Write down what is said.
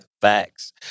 Facts